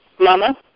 Mama